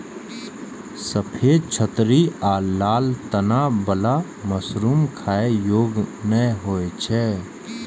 सफेद छतरी आ लाल तना बला मशरूम खाइ योग्य नै होइ छै